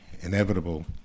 inevitable